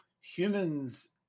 humans